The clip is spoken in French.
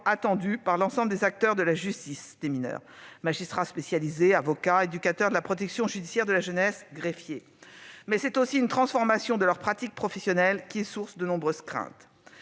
attendue par l'ensemble des acteurs de la justice des mineurs- magistrats spécialisés, avocats, éducateurs de la protection judiciaire de la jeunesse, greffiers ...-, mais elle engage aussi la transformation de leurs pratiques professionnelles, ce qui génère de nombreuses craintes.